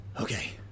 Okay